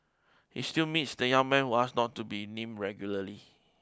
he still meets the young man who asked not to be named regularly